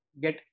get